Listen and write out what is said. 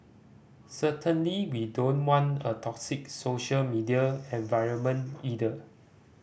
certainly we don't want a toxic social media environment either